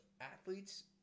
athletes